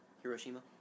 Hiroshima